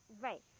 right